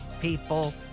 people